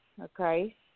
okay